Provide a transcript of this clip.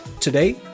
Today